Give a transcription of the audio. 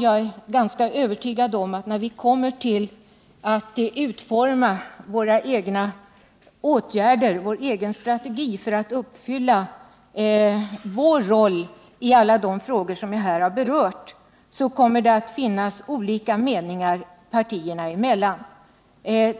Jag är ganska övertygad om att när vi utformar vår egen strategi för att klara vår roll i alla de frågor som jag här har berört, kommer det att finnas olika meningar partierna emellan, t.ex.